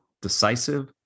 decisive